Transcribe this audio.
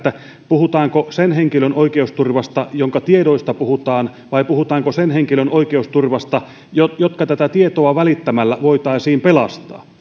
puhutaanko sen henkilön oikeusturvasta jonka tiedoista puhutaan vai puhutaanko sen henkilön oikeusturvasta joka tätä tietoa välittämällä voitaisiin pelastaa